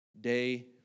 day